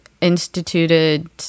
instituted